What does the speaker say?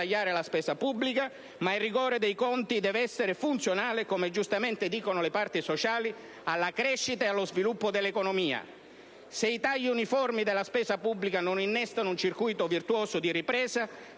la spesa pubblica, ma il rigore dei conti deve essere funzionale - come giustamente dicono le parti sociali - alla crescita e allo sviluppo dell'economia. Se i tagli uniformi della spesa pubblica non innestano un circuito virtuoso di ripresa